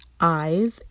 eyes